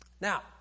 Now